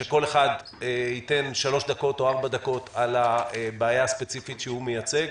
שכל אחד יתייחס ב-3 דקות או 4 דקות לבעיה הספציפית שהוא מייצג,